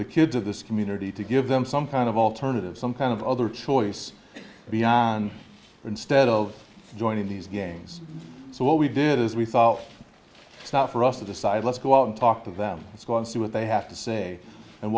the kids of this community to give them some kind of alternative some kind of other choice beyond instead of joining these gangs so what we did is we thought that for us to decide let's go out and talk to them let's go and see what they have to say and